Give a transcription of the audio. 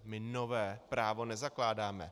My nové právo nezakládáme.